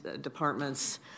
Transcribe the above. departments